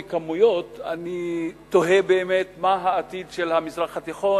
אני תוהה באמת מה העתיד של המזרח התיכון